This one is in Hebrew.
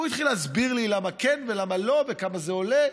הוא התחיל להסביר לי למה כן ולמה לא וכמה זה עולה.